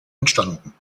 entstanden